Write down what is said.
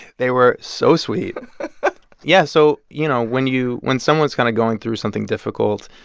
they were so sweet yeah. so, you know, when you when someone's kind of going through something difficult,